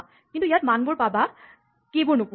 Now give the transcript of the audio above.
ইয়াত তুমি মানবোৰ পাবা কীচাবিবোৰ নোপোৱা